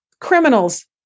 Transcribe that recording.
criminals